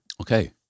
Okay